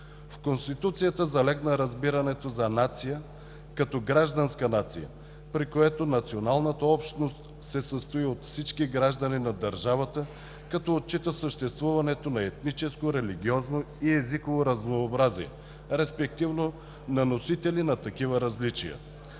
В Конституцията залегна разбирането за нация, като гражданска нация, при която националната общност се състои от всички граждани на държавата, като отчита съществуването на етническо, религиозно и езиково разнообразие, респективно на носители на такива различия.